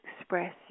express